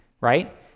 right